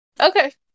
Okay